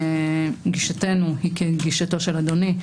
גישתנו היא כגישתו של אדוני.